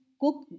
cook